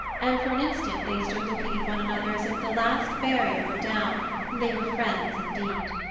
and, for an instant they stood looking at one another as if the last barrier were down, and they were friends indeed.